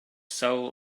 soul